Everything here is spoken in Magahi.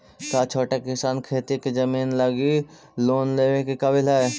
का छोटा किसान खेती के जमीन लगी लोन लेवे के काबिल हई?